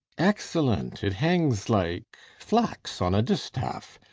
excellent it hangs like flax on a distaff.